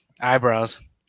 Eyebrows